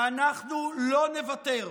ואנחנו לא נוותר.